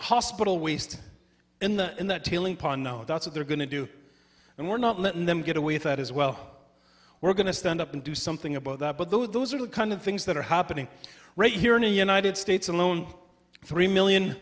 hospital waste in the in that tailing pano that's what they're going to do and we're not letting them get away with that as well we're going to stand up and do something about that but those are the kind of things that are happening right here in the united states alone three million